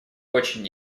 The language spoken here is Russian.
очень